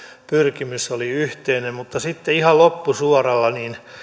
pyrkimys oli yhteinen mutta sitten ihan loppusuoralla